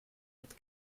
mit